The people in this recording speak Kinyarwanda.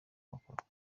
macron